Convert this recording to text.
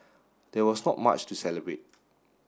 there was not much to celebrate